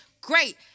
Great